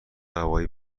هوایی